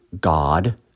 God